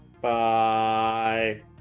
Bye